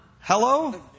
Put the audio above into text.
Hello